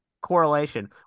correlation